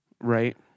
Right